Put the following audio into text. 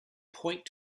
point